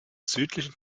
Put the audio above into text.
südlichen